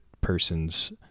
person's